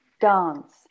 dance